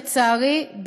לצערי,